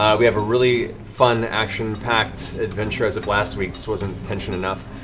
um we have a really fun, action-packed adventure as if last week's wasn't tension enough.